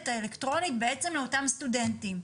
האלקטרונית לאותם סטודנטים.